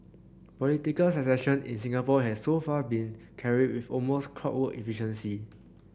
political succession in Singapore has so far been carried with almost clockwork efficiency